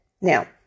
Now